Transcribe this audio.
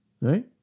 Right